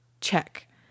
check